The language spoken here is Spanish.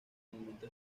momento